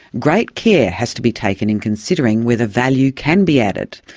great care has to be taken in considering whether value can be added,